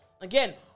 Again